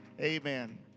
Amen